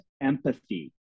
empathy